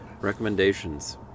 Recommendations